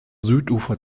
südufer